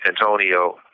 Antonio